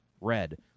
Red